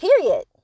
period